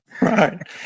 Right